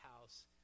house